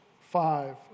five